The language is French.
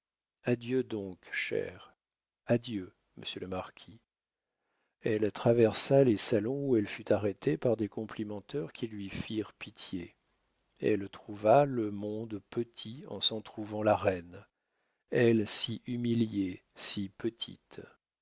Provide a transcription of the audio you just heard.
adieu donc chère adieu monsieur le marquis elle traversa les salons où elle fut arrêtée par des complimenteurs qui lui firent pitié elle trouva le monde petit en s'en trouvant la reine elle si humiliée si petite